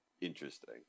interesting